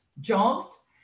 jobs